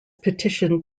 petitioned